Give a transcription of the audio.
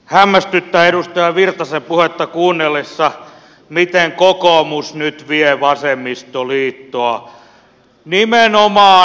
hämmästyttää edustaja virtasen puhetta kuunnellessa miten kokoomus nyt vie vasemmistoliittoa